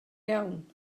iawn